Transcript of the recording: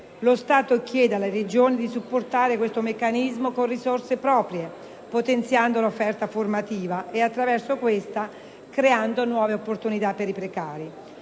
Lo Stato chiede alle Regioni di supportare questo meccanismo con risorse proprie, potenziando l'offerta formativa e, attraverso questa, creare nuove opportunità per precari.